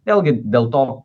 vėlgi dėl to